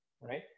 right